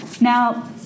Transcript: Now